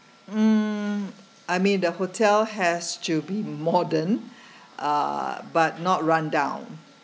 mm I mean the hotel has to be modern uh but not run down